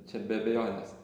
čia be abejonės